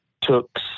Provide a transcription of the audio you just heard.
took